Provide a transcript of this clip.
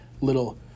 little